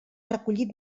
recollit